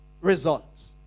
results